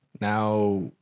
Now